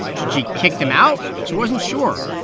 should she kick them out? she wasn't sure.